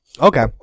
Okay